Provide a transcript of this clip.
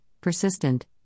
persistent